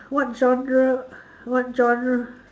what genre what genre